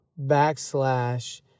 backslash